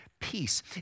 Peace